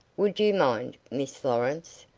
would you mind, miss lawrence?